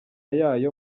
yayo